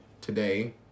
today